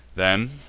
then,